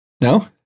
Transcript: No